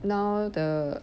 now the